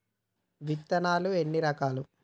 విత్తనాలు ఎన్ని రకాలు?